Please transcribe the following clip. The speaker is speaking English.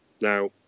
Now